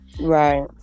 Right